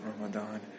Ramadan